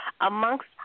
amongst